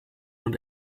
und